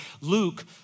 Luke